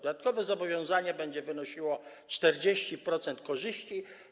Dodatkowe zobowiązanie będzie wynosiło 40% kwoty korzyści.